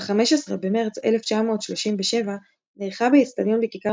ב-15 במרץ 1937 נערכה באצטדיון בכיכר